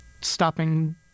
stopping